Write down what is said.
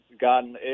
gotten